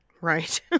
Right